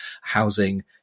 housing